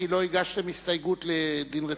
כי לא הגשתם הסתייגות לדין רציפות.